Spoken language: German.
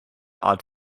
art